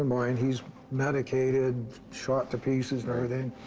mind, he's medicated, shot to pieces and everything.